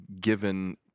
given